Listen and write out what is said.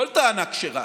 כל טענה כשרה,